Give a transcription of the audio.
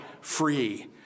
free